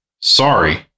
sorry